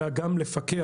אלא גם לפקח.